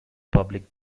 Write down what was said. public